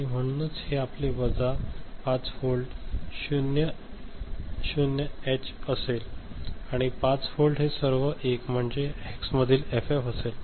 आणि म्हणूनच हे आपले वजा 5 व्होल्ट 00 एच असेल आणि 5 व्होल्ट हे सर्व 1 म्हणजे हेक्समधील एफएफ असेल